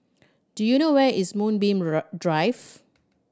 do you know where is Moonbeam Drive